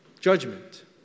judgment